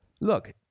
look